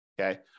Okay